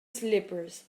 slippers